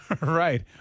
Right